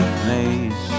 place